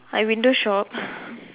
I window shop